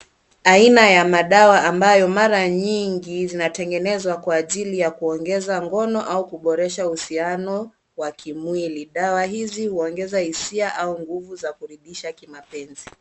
Aina ya madawa ambayo mara nyingi zinatengenezwa kwa ajili ya kuongeza ngono au kuboresha uhusiano wa kimwili. Dawa hizi huongeza hisia au nguvu za kuridhisha kimapenzi.